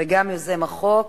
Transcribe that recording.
וגם יוזם החוק.